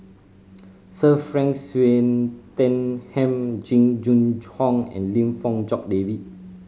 Sir Frank Swettenham Jing Jun Hong and Lim Fong Jock David